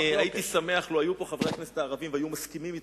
הייתי שמח לו היו פה חברי הכנסת הערבים והיו מסכימים אתך.